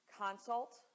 consult